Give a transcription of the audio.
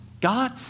God